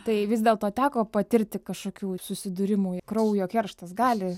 tai vis dėl to teko patirti kažkokių susidūrimų kraujo kerštas gali